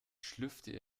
schlürfte